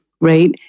right